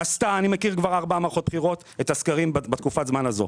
אני מכיר כבר ארבע מערכות בחירות ואת הסקרים בתקופת הזמן הזאת.